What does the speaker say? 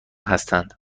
هستند